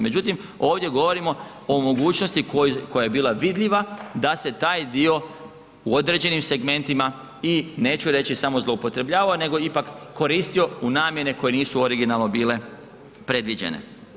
Međutim, ovdje govorimo o mogućnosti koja je bila vidljiva da se taj dio u određenim segmentima i, neću reći, samo zloupotrebljavao nego ipak koristio u namjene koje nisu originalno bile predviđene.